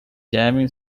jamming